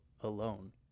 alone